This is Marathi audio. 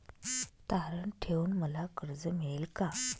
तारण ठेवून मला कर्ज मिळेल का?